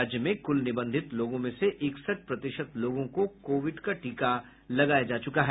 राज्य में कुल निबंधित लोगों में से इकसठ प्रतिशत लोगों को कोविड का टीका लगाया जा चुका है